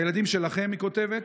מהילדים שלכם, היא כותבת.